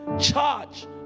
charge